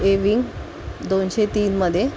ए wing दोनशे तीनमध्ये